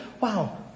wow